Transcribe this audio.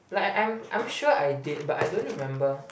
like I'm I'm sure I did but I don't remember